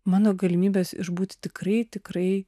mano galimybės išbūti tikrai tikrai